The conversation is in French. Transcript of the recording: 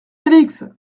félix